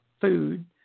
food